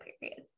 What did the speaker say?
period